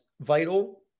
vital